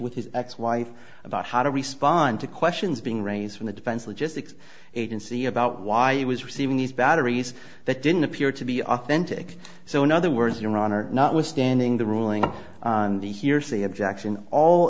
with his ex wife about how to respond to questions being raised from the defense logistics agency about why he was receiving these batteries that didn't appear to be authentic so in other words your honor not withstanding the ruling on the hearsay objection all